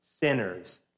Sinners